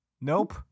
Nope